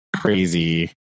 crazy